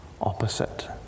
opposite